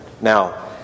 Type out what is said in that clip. Now